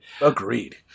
Agreed